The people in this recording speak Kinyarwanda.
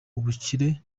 ubukire